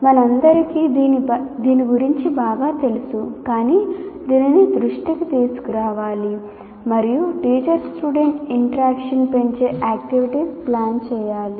మనందరికీ దీని గురించి బాగా తెలుసు కానీ దానిని దృష్టికి తీసుకురావాలి మరియు teacher student interactionపెంచే activities ప్లాన్ చేయాలి